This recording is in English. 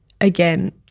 again